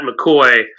McCoy